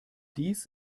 dies